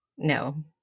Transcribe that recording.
no